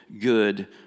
good